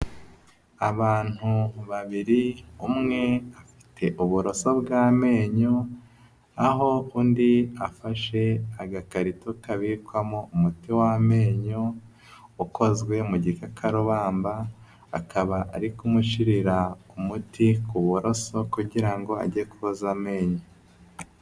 Abantu babiri umwe afite uburoso bw'amenyo, aho undi afashe agakarito kabikwamo umuti w'amenyo ukozwe mu gikakarubamba, akaba ari kumushyirira umuti ku buroso kugira ngo ajye koza amenyo.